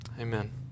amen